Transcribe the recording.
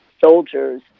soldiers